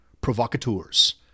Provocateurs